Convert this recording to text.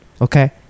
Okay